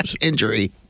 injury